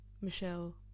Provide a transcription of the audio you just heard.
Michelle